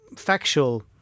Factual